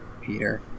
Peter